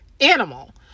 animal